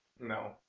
No